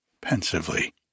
pensively